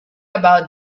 about